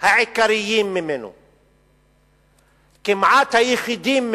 העיקריים מהמצור על עזה, כמעט היחידים,